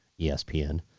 ESPN